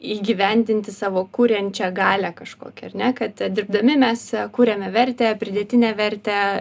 įgyvendinti savo kuriančią galią kažkokią ar ne kad dirbdami mes kuriame vertę pridėtinę vertę